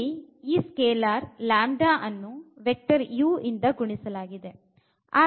ಇಲ್ಲಿ ಈ ಸ್ಕೇಲಾರ್ λ ಅನ್ನು ವೆಕ್ಟರ್ u ಇಂದ ಗುಣಿಸಲಾಗಿದೆ